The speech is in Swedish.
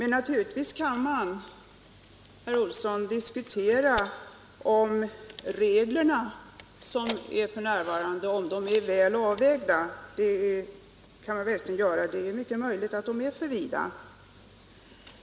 Naturligtvis kan man diskutera om de nuvarande reglerna är väl avvägda — det är möjligt att de är för vida.